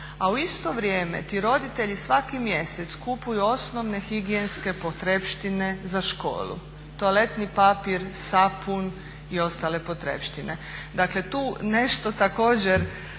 a u isto vrijeme ti roditelji svaki mjesec kupuju osnovne higijenske potrepštine za školu: toaletni papir, sapun i ostale potrepštine. Dakle tu nešto također